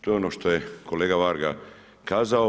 To je ono što je kolega Varga kazao.